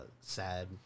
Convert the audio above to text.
sad